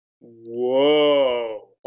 Whoa